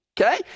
okay